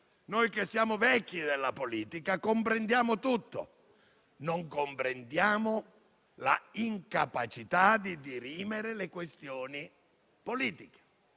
noi che siamo vecchi della politica comprendiamo tutto. Non comprendiamo però l'incapacità di dirimere le questioni politiche.